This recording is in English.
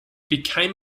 became